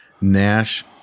Nash